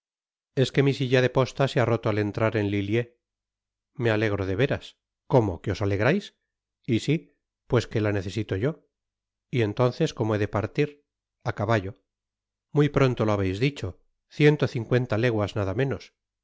es que mi silla de posta se ha roto al entrar en lilliers me alegro de veras cómo que os alegrais y si pues que la necesito yo y entonces cómo he de partir a caballo muy pronto lo habeis dicho ciento cincuenta leguas nada menos